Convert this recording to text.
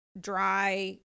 dry